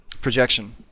projection